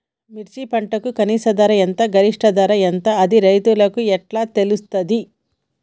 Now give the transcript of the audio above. మిర్చి పంటకు కనీస ధర ఎంత గరిష్టంగా ధర ఎంత అది రైతులకు ఎలా తెలుస్తది?